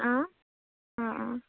অঁ অঁ অঁ